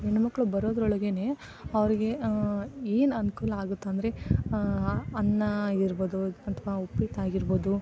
ಹೆಣ್ಮಕ್ಕಳು ಬರೋದರೊಳಗೇನೆ ಅವ್ರಿಗೆ ಏನು ಅನುಕೂಲ ಆಗುತ್ತಂದ್ರೆ ಅನ್ನ ಇರ್ಬೋದು ಅಥವಾ ಉಪ್ಪಿಟ್ಟಾಗಿರ್ಬೋದು